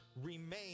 remain